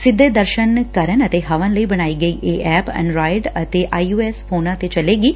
ਸਿੱਧੇ ਦਰਸਨ ਕਰਨ ਅਤੇ ਹਵਨ ਲਈ ਬਣਾਈ ਗਈ ਇਹ ਐਪ ਐਨਰਾਇਡ ਅਤੇ ਆਈ ਓ ਐਸ ਫੋਨਾ ਤੇ ਚੱਲੇਗੀ